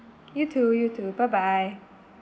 you too you too bye bye